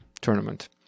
tournament